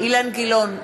אילן גילאון,